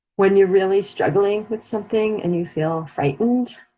when you're really struggling with something and you feel frightened,